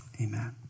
amen